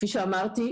כפי שאמרתי,